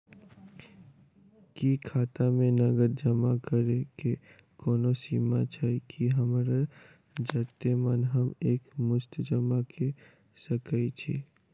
की खाता मे नगद जमा करऽ कऽ कोनो सीमा छई, की हमरा जत्ते मन हम एक मुस्त जमा कऽ सकय छी?